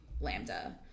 Lambda